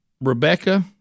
Rebecca –